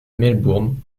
melbourne